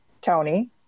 Tony